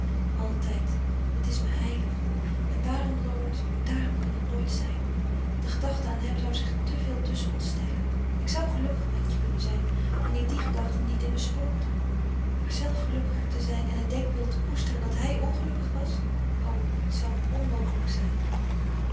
altijd het is me heilig en daarom lawrence o daarom kan het nooit zijn de gedachte aan hem zou zich te veel tusschen ons stellen ik zou gelukkig met je kunnen zijn wanneer die gedachte niet in me spookte maar zelve gelukkig te zijn en het denkbeeld te koesteren dat hij ongelukkig was o het zou me onmogelijk zijn